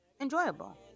enjoyable